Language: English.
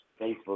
facebook